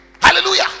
Hallelujah